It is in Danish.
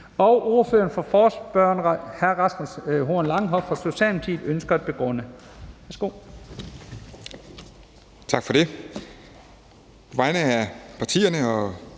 Ordføreren for forespørgerne, hr. Rasmus Horn Langhoff fra Socialdemokratiet, ønsker at begrunde